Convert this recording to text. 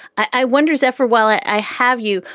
i wonder, is f four while i have you?